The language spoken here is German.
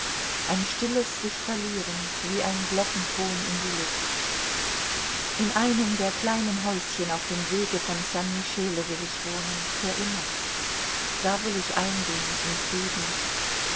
ein stilles sichverlieren wie ein glockenton in die luft in einem der kleinen häuschen auf dem wege von san michele will ich wohnen für immer da will ich eingehen zum frieden